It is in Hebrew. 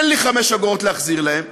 אין לי 5 אגורות להחזיר להם,